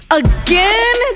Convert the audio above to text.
again